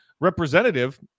representative